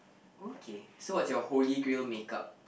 okay so what's your holy grail makeup